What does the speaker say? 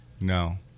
No